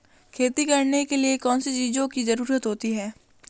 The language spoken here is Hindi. खेती करने के लिए कौनसी चीज़ों की ज़रूरत होती हैं?